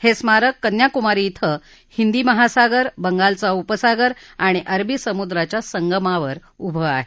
हे स्मारक कन्याकुमारी कुं हिंदी महासागर बंगालचा उपसागर आणि अरबी समुद्राच्या संगमावर उभं आहे